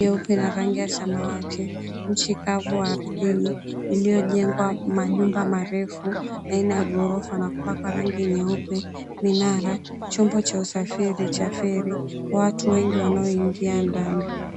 Nyeupe na rangi ya samawati. Nchi kavu ardhini, iliyojengwa majumba marefu na aina ya ghorofa na kupakwa rangi nyeupe, minara, chombo cha usafiri cha feri, watu wengi wanaoingia ndani.